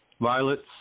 violets